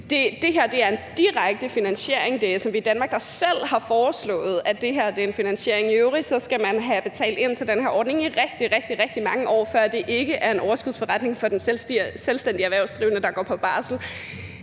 Det her er en direkte finansiering. Det er SMVdanmark, der selv har foreslået, at det her er en finansiering. I øvrigt skal man have betalt ind til den her ordning i rigtig, rigtig mange år, før det ikke er en overskudsforretning for den selvstændige erhvervsdrivende, der går på barsel.